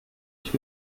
ich